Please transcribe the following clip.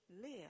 Live